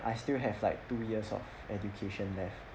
I still have like two years of education there